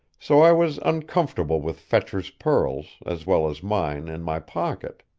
so i was uncomfortable with fetcher's pearls, as well as mine, in my pocket.